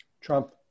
Trump